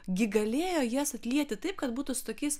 gi galėjo jas atlieti taip kad būtų su tokiais